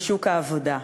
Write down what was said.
בשוק העבודה,